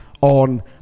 on